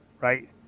Right